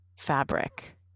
fabric